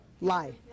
lie